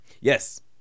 yes